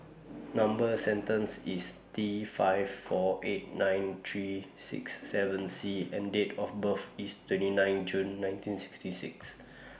Number sequence IS T five four eight nine three six seven C and Date of birth IS twenty nine June nineteen sixty six